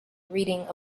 reading